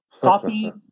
coffee